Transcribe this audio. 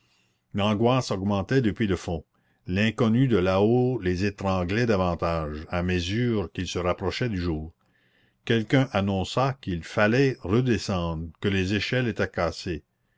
l'angoisse augmentait depuis le fond l'inconnu de là-haut les étranglait davantage à mesure qu'ils se rapprochaient du jour quelqu'un annonça qu'il fallait redescendre que les échelles étaient cassées